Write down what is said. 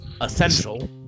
essential